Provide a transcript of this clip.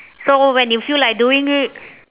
so when you feel like doing it